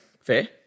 Fair